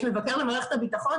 יש מבקר למערכת הביטחון,